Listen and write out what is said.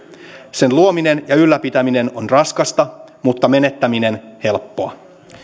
sen luominen ja ylläpitäminen on raskasta mutta menettäminen helppoa